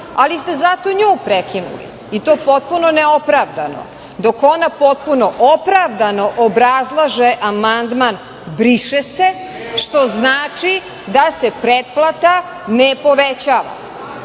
ali ste zato nju prekinuli i to potpuno neopravdano dok ona potpuno opravdano obrazlaže amandman briše se što znači da se pretplata ne povećava